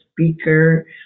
speaker